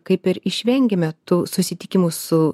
kaip ir išvengiame tų susitikimų su